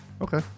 Okay